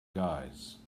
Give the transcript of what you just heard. guys